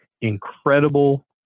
incredible